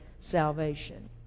salvation